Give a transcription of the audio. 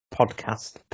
podcast